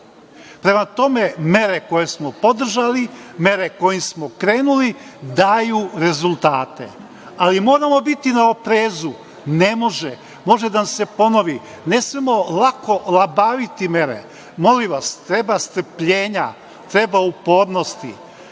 tome, mere koje smo podržali, mere kojima smo krenuli, daju rezultate, ali moramo biti na oprezu, ne može, može da nam se ponovi, ne smemo lako olabaviti mere. Molim vas, treba strpljenja, treba upornosti. Znam